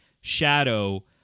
shadow